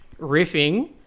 riffing